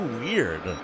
weird